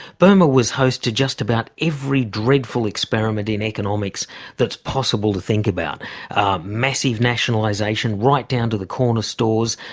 burma was host to just about every dreadful experiment in economics that's possible to think about massive nationalisation right down to the corner stores,